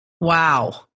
Wow